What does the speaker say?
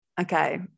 okay